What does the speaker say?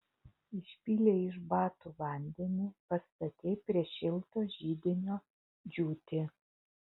išpylei iš batų vandenį pastatei prie šilto židinio džiūti